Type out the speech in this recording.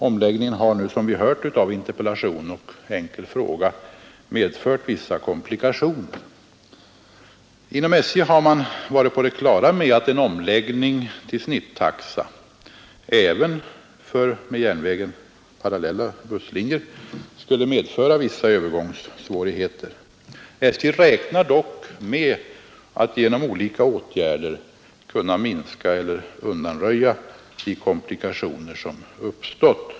Omläggningen har nu, som vi kunnat konstatera av interpellationen och den enkla frågan, medfört vissa komplikationer. Inom SJ har man varit på det klara med att en omläggning till snittaxa även för med järnvägen parallella busslinjer skulle medföra vissa övergångssvårigheter. SJ räknar dock med att genom olika åtgärder kunna minska eller undanröja de komplikationer som uppstått.